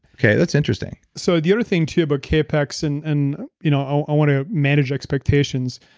okay, that's interesting. so the other thing too about capex, and and you know i want to manage expectations.